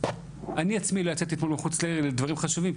אני עצמי לא יצאתי אתמול מחוץ לעיר לדברים חשובים,